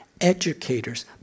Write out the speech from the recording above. educators